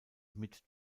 mit